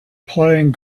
playing